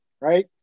right